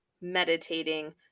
meditating